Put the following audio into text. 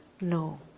No